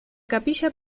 capilla